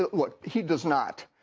look, he does not.